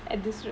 at this rate